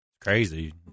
crazy